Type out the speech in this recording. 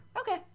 Okay